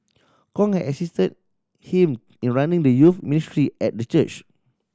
Kong had assisted him in running the youth ministry at the church